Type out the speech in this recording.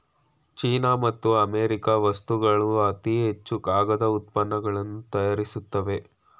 China ಮತ್ತು America ವಸ್ತುಗಳು ಅತಿ ಹೆಚ್ಚು ಕಾಗದ ಉತ್ಪನ್ನಗಳನ್ನು ತಯಾರಿಸುತ್ತವೆ